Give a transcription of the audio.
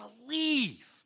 believe